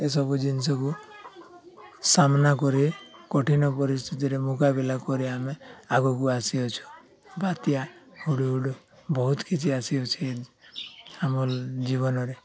ଏସବୁ ଜିନିଷକୁ ସାମ୍ନା କରି କଠିନ ପରିସ୍ଥିତିରେ ମୁକାବିଲା କରି ଆମେ ଆଗକୁ ଆସିଅଛୁ ବାତ୍ୟା ହୁଡ଼ୁହୁଡ଼ୁ ବହୁତ କିଛି ଆସିଅଛି ଆମ ଜୀବନରେ